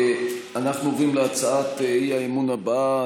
אנחנו עוברים להצעת האי-אמון הבאה,